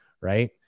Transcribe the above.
Right